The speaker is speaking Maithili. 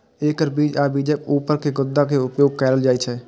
एकर बीज आ बीजक ऊपर के गुद्दा के उपयोग कैल जाइ छै